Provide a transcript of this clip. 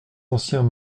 anciens